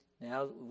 Now